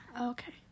Okay